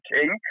King